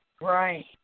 right